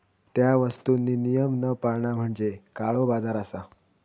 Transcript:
त्या वस्तुंनी नियम न पाळणा म्हणजे काळोबाजार असा